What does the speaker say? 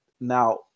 now